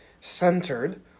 centered